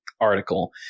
article